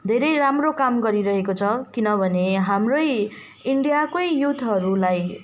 धेरै राम्रो काम गरिरहेको छ किनभने हाम्रै इन्डियाकै युथहरूलाई